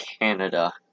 Canada